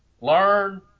learn